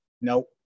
No